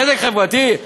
צדק חברתי?